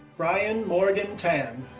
bryan morgan tan,